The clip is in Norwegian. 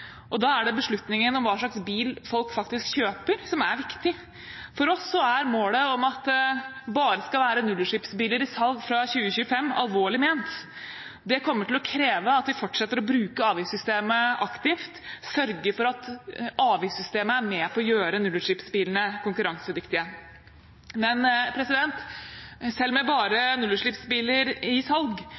teknologi. Da er det beslutningen om hva slags bil folk faktisk kjøper, som er viktig. For oss er målet om at det bare skal være nullutslippsbiler i salg fra 2025, alvorlig ment. Det kommer til å kreve at vi fortsetter å bruke avgiftssystemet aktivt og sørger for at avgiftssystemet er med på å gjøre nullutslippsbilene konkurransedyktige. Selv med bare nullutslippsbiler i salg